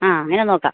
അഹ് അങ്ങനെ നോക്കാം